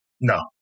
no